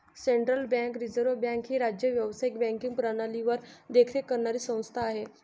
central bank reserve bank ही राज्य व्यावसायिक बँकिंग प्रणालीवर देखरेख करणारी संस्था आहे